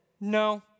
no